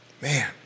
Man